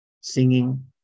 singing